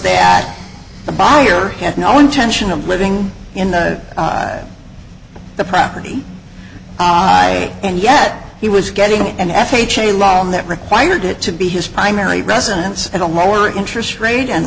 that the buyer had no intention of living in the property and yet he was getting an f h a loan that required it to be his primary residence and a lower interest rate and